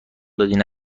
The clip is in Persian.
دادین